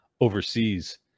overseas